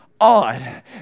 odd